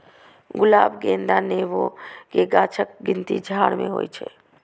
गुलाब, गेंदा, नेबो के गाछक गिनती झाड़ मे होइ छै